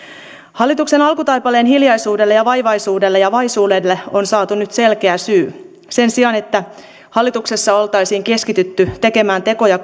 hallituksen alkutaipaleen hiljaisuudelle ja vaivaisuudelle ja vaisuudelle on saatu nyt selkeä syy sen sijaan että hallituksessa oltaisiin keskitytty tekemään tekoja